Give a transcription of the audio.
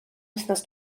wythnos